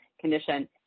condition